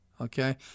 Okay